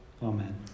Amen